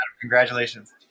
congratulations